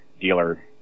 dealer